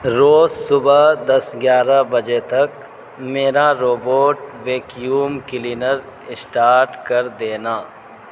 روز صبح دس گیارہ بجے تک میرا روبوٹ ویکیوم کلینر اسٹارٹ کر دینا